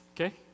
Okay